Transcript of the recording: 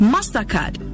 Mastercard